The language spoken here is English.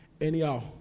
anyhow